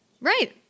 Right